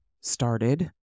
started